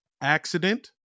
accident